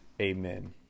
amen